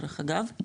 דרך אגב,